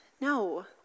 No